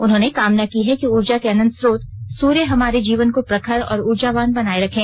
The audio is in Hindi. उन्होंने कामना की है कि उर्जा के अनंत स्त्रोत सर्य हमारे जीवन को प्रखर और उर्जावान बनाए रखें